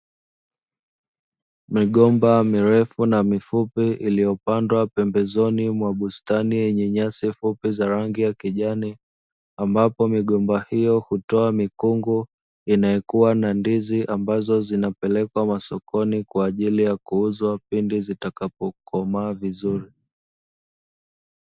Migomba mirefu na mifupi iliyopandwa pembezoni mwa bustani yenye nyasi fupi za rangi ya kijani, ambapo migomba hiyo hutoa mikungu inayokuwa na ndizi, ambazo zinapelekwa masokoni kwa ajili ya kuuzwa pindi zitakapokoma vizuri.